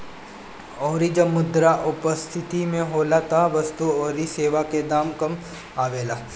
अउरी जब मुद्रा अपस्थिति में होला तब वस्तु अउरी सेवा के दाम में कमी आवेला